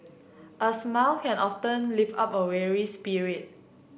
a smile can often lift up a weary spirit